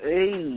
Hey